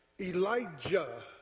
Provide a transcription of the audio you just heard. Elijah